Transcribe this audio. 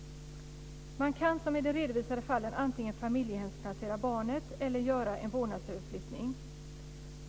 Man kan som i de redovisade fallen antingen familjehemsplacera barnen eller göra en vårdnadsöverflyttning.